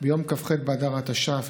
ביום כ"ח באדר התש"ף,